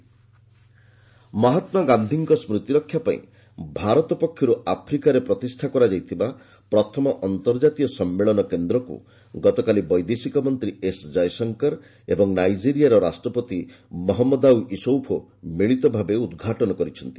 ଜୟଶଙ୍କର ଗାନ୍ଧି ମହାତ୍ମାଗାନ୍ଧିଙ୍କ ସ୍ଚୁତିରକ୍ଷାପାଇଁ ଭାରତ ପକ୍ଷରୁ ଆଫ୍ରିକାରେ ପ୍ରତିଷ୍ଠା କରାଯାଇଥିବା ପ୍ରଥମ ଅନ୍ତର୍ଜାତୀୟ ସମ୍ମେଳନ କେନ୍ଦ୍ରକୁ ଗତକାଲି ବୈଦେଶିକ ମନ୍ତ୍ରୀ ଏସ୍ ଜୟଶଙ୍କର ଏବଂ ନାଇଜେରିଆର ରାଷ୍ଟ୍ରପତି ମହନ୍ତ୍ରଦାଉ ଇସୌଫୋ ମିଳିତ ଭାବେ ଉଦ୍ଘାଟନ କରିଛନ୍ତି